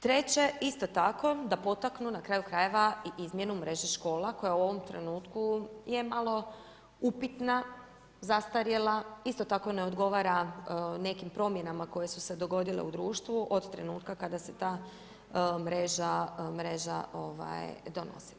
Treće isto tako, da potaknu na kraju krajeva i izmjenu mreže škola koje je u ovom trenutku je malo upitna, zastarjela, isto tako ne odgovara nekim promjenama koje su se dogodile u društvu od trenutka kada se ta mreža donosi.